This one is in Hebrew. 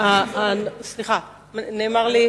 בסדר גמור.